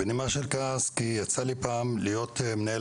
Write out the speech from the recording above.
בנימה של כעס כי יצא לי פעם להיות מנהל